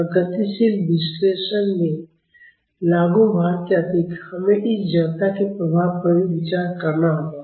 और गतिशील विश्लेषण में लागू भार के अतिरिक्त हमें इस जड़ता के प्रभाव पर भी विचार करना होगा